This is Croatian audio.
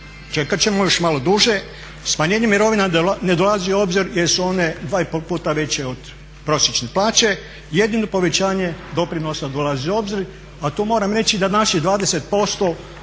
čekat ćemo još malo duže, smanjenje mirovina ne dolazi u obzir jer su one 2,5 puta veće od prosječne plaće. Jedino povećanje doprinosa dolazi u obzir, a tu moram reći da naših 20%